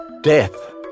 Death